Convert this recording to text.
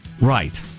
Right